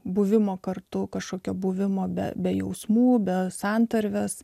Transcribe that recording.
buvimo kartu kažkokio buvimo be be jausmų be santarvės